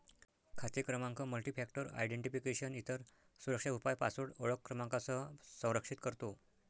खाते क्रमांक multifactor identification, इतर सुरक्षा उपाय पासवर्ड ओळख क्रमांकासह संरक्षित करतो